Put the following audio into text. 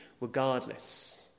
regardless